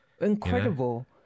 Incredible